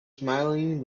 smiling